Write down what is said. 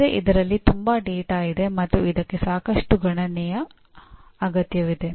ಆದರೆ ಇದರಲ್ಲಿ ತುಂಬಾ ಡೇಟಾ ಇದೆ ಮತ್ತು ಇದಕ್ಕೆ ಸಾಕಷ್ಟು ಗಣನೆಯ ಅಗತ್ಯವಿದೆ